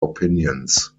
opinions